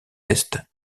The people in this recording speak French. est